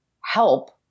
help